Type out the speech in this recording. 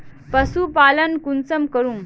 पशुपालन कुंसम करूम?